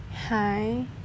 Hi